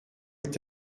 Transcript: est